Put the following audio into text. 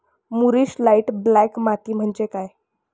मूरिश light black माती म्हणजे काय?